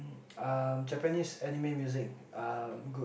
uh Japanese Anime Music um group